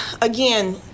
again